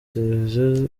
televiziyo